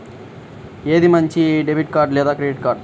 ఏది మంచిది, debit card లేదా క్రెడిట్ కార్డ్?